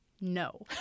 no